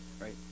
right